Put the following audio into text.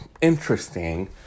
interesting